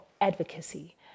advocacy